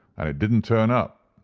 and it didn't turn up.